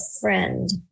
friend